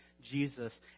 Jesus